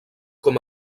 com